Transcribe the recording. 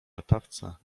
latawca